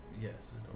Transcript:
Yes